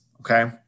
Okay